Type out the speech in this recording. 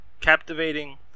captivating